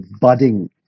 budding